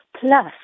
plus